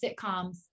sitcoms